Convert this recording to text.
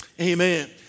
amen